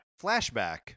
Flashback